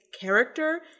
character